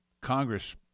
Congress